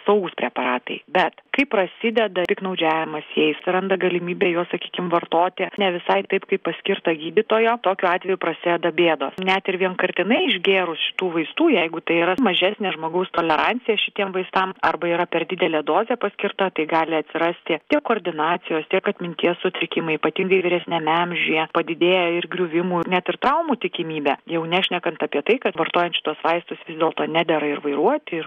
saugūs preparatai bet kai prasideda piktnaudžiavimas jais atsiranda galimybė juos sakykim vartoti ne visai taip kaip paskirta gydytojo tokiu atveju prasideda bėdos net ir vienkartinai išgėrus šitų vaistų jeigu tai yra mažesnė žmogaus tolerancija šitiem vaistam arba yra per didelė dozė paskirta tai gali atsirasti tiek koordinacijos tiek atminties sutrikimai įpatingai vyresniame amžiuje padidėja ir griuvimų ir net ir traumų tikimybė jau nešnekant apie tai kad vartojant šituos vaistus vis dėlto nedera ir vairuoti ir